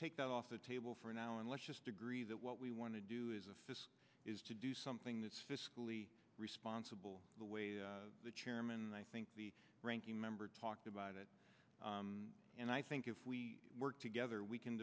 ake that off the table for now and let's just agree that what we want to do is a fix is to do something that's fiscally responsible the way the chairman i think the ranking member talked about it and i think if we work together we can